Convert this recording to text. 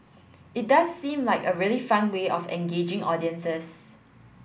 it does seem like a really fun way of engaging audiences